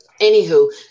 Anywho